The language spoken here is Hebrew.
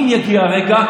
אם יגיע הרגע,